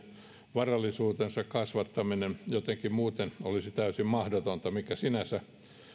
varallisuutensa kasvattaminen jotenkin muuten olisi täysin mahdotonta mikä sinänsä